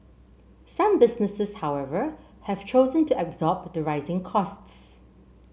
some businesses however have chosen to absorb the rising costs